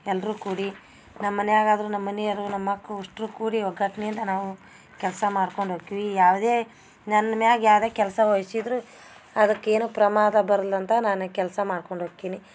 ಎಲ್ಲರು ಕೂಡಿ ನಮ್ಮನೆಯಗಾದರು ನಮ್ಮನಿಯರು ನಮ್ಮ ಮಕ್ಕ ಅಷ್ಟ್ರು ಕೂರಿ ಒಗ್ಗಟ್ನಿಂದ ನಾವು ಕೆಲಸ ಮಾಡ್ಕೊಂಡು ಹೋಕ್ಕಿವಿ ಯಾವುದೇ ನನ್ಮ್ಯಾಗ ಯಾವುದೇ ಕೆಲಸ ವಹ್ಸಿದ್ರೂ ಅದಕ್ಕೆ ಏನು ಪ್ರಮಾದ ಬರ್ಲಿಲ್ಲಂತ ನಾನು ಕೆಲಸ ಮಾಡ್ಕೊಂಡು ಹೋಕ್ಕಿನಿ